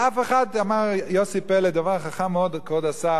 אמר כבוד השר יוסי פלד דבר חכם מאוד,